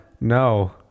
No